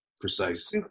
precise